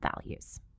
values